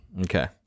okay